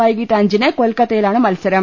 വൈകീട്ട് അഞ്ചിന് കൊൽക്കത്തയിലാണ് മത്സരം